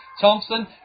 Thompson